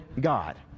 God